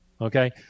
Okay